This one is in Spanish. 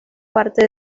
parte